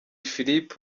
philip